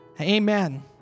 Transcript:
Amen